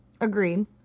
Agreed